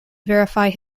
verify